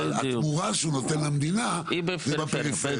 והתמורה שהוא נותן למדינה היא בפריפריה.